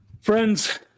Friends